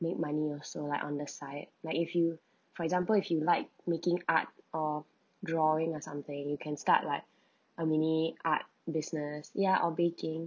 make money also like on the side like if you for example if you like making art or drawing or something you can start like a mini art business ya or baking